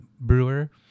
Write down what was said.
brewer